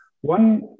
One